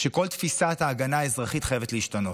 שכל תפיסת ההגנה האזרחית חייבת להשתנות,